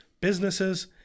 businesses